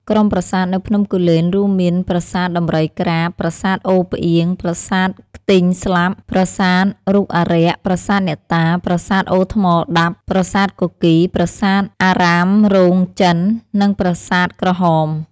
ក្រុមប្រាសាទនៅភ្នំគូលែន រួមមាន ប្រាសាទដំរីក្រាប ប្រាសាទអូរផ្អៀង ប្រាសាទខ្ទីងស្លាប់ ប្រាសាទរូបអារក្ស ប្រាសាទអ្នកតា ប្រាសាទអូរថ្មដាប់ ប្រាសាទគគីរ ប្រាសាទអារាមរោងចិន និងប្រាសាទក្រហម។